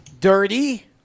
Dirty